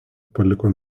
paliko